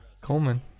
Coleman